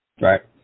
Right